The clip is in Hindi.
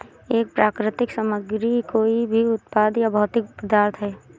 एक प्राकृतिक सामग्री कोई भी उत्पाद या भौतिक पदार्थ है